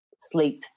sleep